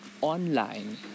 online